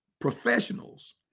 professionals